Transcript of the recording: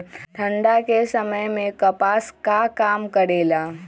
ठंडा के समय मे कपास का काम करेला?